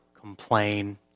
complain